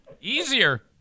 Easier